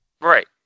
Right